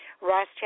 ross